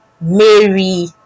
mary